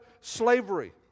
slavery